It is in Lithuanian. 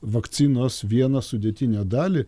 vakcinos vieną sudėtinę dalį